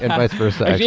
and vice versa actually